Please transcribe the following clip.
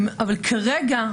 אבל כרגע,